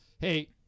hey